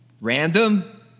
random